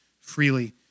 freely